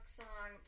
song